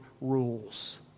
rules